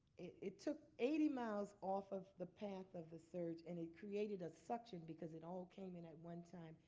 it took eighty miles off of the path of the surge. and it created a suction because it all came in at one time.